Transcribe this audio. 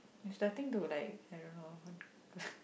it starting to like I don't know